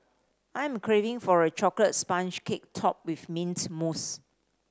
I am craving for a chocolate sponge cake topped with mint mousse